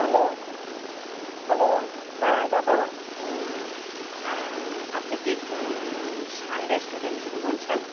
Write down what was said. hello hello হ্যাঁ দাদা আপনি কি সান রেস্টুরেন্ট থেকে বলছেন